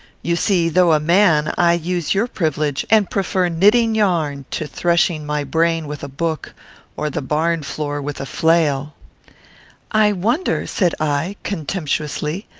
you see, though a man, i use your privilege, and prefer knitting yarn to threshing my brain with a book or the barn-floor with a flail i wonder said i, contemptuously,